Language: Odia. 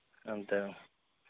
ଏମ୍ତା